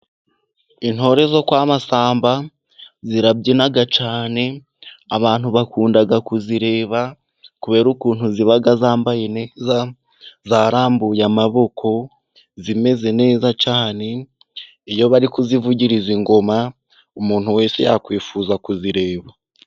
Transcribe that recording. Intore zo kwa Masamba zirabyina cyane, abantu bakunda kuzireba kubera ukuntu ziba zambaye, zarambuye amaboko, zimeze neza cyane, iyo bari kuzivugiriza ingoma, umuntu wese yakwifuza kuzireba.